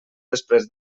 després